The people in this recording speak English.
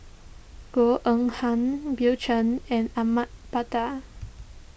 Goh Eng Han Bill Chen and Ahmad Mattar